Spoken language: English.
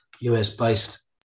US-based